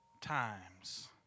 times